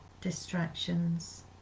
distractions